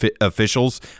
officials